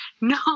No